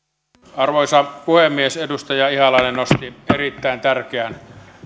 arvoisa puhemies edustaja ihalainen nosti erittäin tärkeän